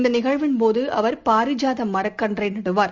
இந்தநிகழ்வின் போதுஅவர் பாரிஜாதமரக்கன்றைநடுவார்